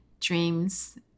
dreams